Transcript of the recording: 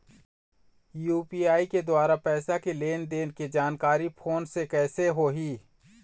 UPI के द्वारा पैसा के लेन देन के जानकारी फोन से कइसे होही?